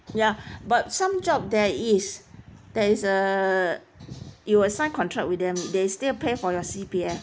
ya but some job there is there is uh you will sign contract with them they still pay for your C_P_F